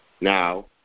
Now